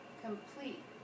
Complete